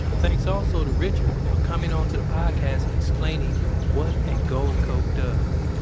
thanks also to richard for coming onto the podcast and explaining what a gold coat does.